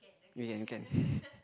we can you can